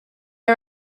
are